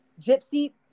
Gypsy